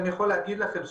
ואני גם יכול להגיד את זה,